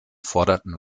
forderten